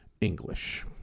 English